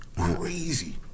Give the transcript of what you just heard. Crazy